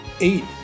Eight